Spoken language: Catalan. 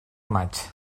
maig